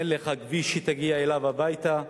אין לך כביש שתגיע עליו הביתה.